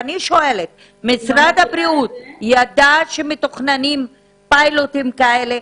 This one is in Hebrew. אני שואלת אם משרד הבריאות ידע שמתוכננים פיילוטים כאלה?